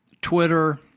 Twitter